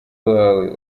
bawe